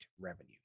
revenue